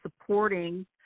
supporting